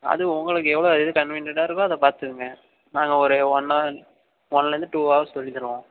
அது உங்களுக்கு எவ்வளோ எது கன்வீனியண்டாக இருக்கோ அதை பார்த்துக்கங்க நாங்கள் ஒரு ஒன் ஆ ஒன்லருந்து டூ ஹவர்ஸ் சொல்லி தருவோம்